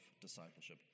discipleship